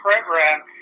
program